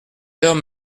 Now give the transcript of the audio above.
l’heure